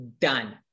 done